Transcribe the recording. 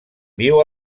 viu